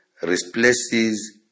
replaces